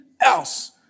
Else